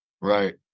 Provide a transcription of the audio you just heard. Right